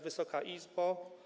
Wysoka Izbo!